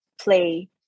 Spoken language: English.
play